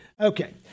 Okay